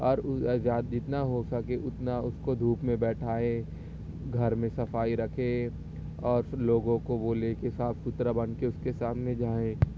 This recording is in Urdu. اور جتنا ہو سکے اتنا اس کو دھوپ میں بیٹھائے گھر میں صفائی رکھے اور لوگوں کو بولے کہ صاف ستھرا بن کے اس کے سامنے جائیں